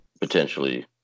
potentially